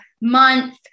month